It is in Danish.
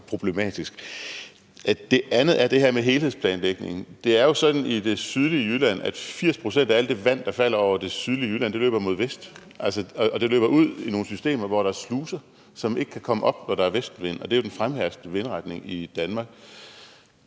problematisk. Det andet er det her med helhedsplanlægningen. Det er jo sådan, at 80 pct. af alt det vand, der falder over det sydlige Jylland, løber mod vest. Det løber ud i nogle systemer, hvor der er sluser, som ikke kan komme op, når der er vestenvind, og det er jo den fremherskende vindretning i Danmark.